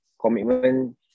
commitment